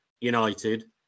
United